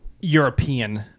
European